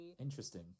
interesting